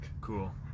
cool